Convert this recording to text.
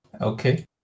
Okay